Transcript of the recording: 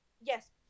yes